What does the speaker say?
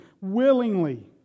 willingly